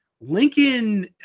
Lincoln